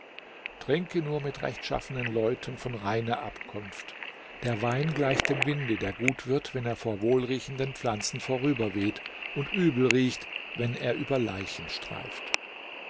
trinke nur mit rechtschaffenen leuten von reiner abkunft der wein gleicht dem winde der gut wird wenn er vor wohlriechenden pflanzen vorüberweht und übel riecht wenn er über leichen streift